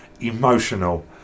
emotional